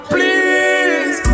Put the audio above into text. Please